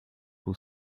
who